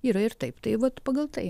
yra ir taip tai vat pagal tai